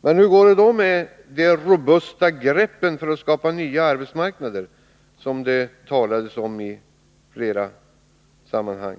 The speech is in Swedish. Men hur går det då med de robusta greppen för att skapa nya arbetsmarknader, som det talades om i flera sammanhang?